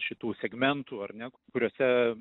šitų segmentų ar ne kuriuose